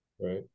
Right